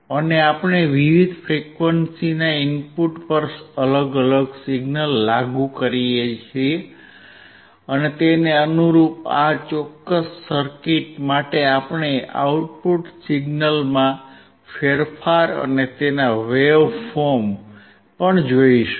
અને આપણે વિવિધ ફ્રીક્વંસીના ઇનપુટ પર અલગ અલગ સિગ્નલ લાગુ કરી શકીએ છીએ અને તેને અનુરૂપ આ ચોક્કસ સર્કિટ માટે આપણે આઉટપુટ સિગ્નલમાં ફેરફાર અને તેના વેવ ફોર્મ પણ જોશું